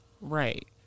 right